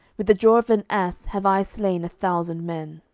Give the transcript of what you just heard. with the jaw of an ass have i slain a thousand men.